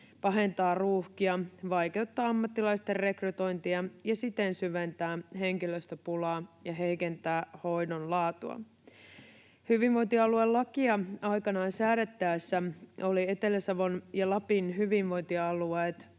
pahentaa ruuhkia, vaikeuttaa ammattilaisten rekrytointia ja siten syventää henkilöstöpulaa ja heikentää hoidon laatua. Hyvinvointialuelakia aikoinaan säädettäessä olivat Etelä-Savon ja Lapin hyvinvointialueet